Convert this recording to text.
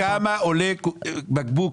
שאלתי כמה עולה בקבוק.